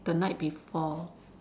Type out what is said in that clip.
the night before